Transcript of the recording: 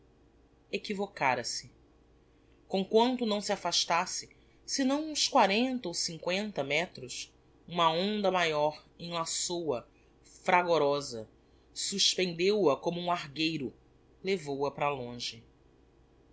propria equivocara se comquanto não se afastasse senão uns quarenta ou cincoenta metros uma onda maior enlaçou a fragorosa suspendeu a como um argueiro levou-a para longe